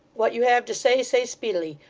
what you have to say, say speedily,